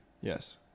yes